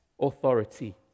authority